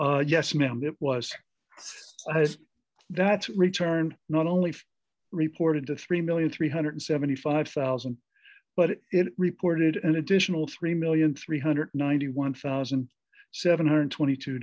six yes ma'am it was that's returned not only reported to three million three hundred and seventy five thousand but it reported an additional three million three hundred and ninety one thousand seven hundred and twenty two